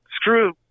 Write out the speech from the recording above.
Screw